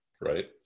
right